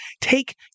take